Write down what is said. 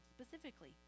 specifically